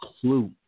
clue